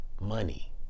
money